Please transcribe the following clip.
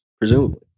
presumably